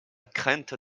crainte